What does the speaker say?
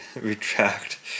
retract